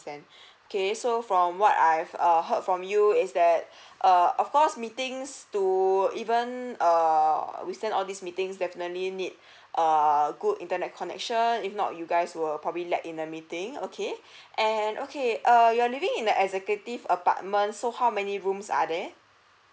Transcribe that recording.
okay so from what I've err heard from you is that err of course meetings to even err we understand all these meetings definitely need err good internet connection if not you guys will probably lag in a meeting okay and okay err you're living in the executive apartment so how many rooms are there